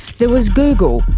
there was google,